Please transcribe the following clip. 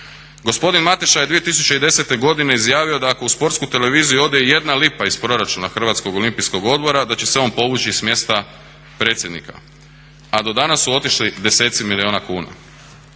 Gospodin Mateša je 2010. godine izjavio da ako u Sportsku televiziju ode i 1 lipa iz proračuna Hrvatskog olimpijskog odbora da će se on povući s mjesta predsjednika, a do danas su otišli deseci milijuna kuna.